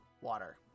water